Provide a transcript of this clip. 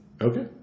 Okay